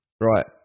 Right